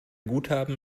guthaben